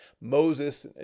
Moses